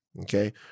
Okay